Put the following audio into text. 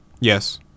Yes